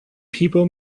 people